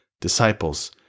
disciples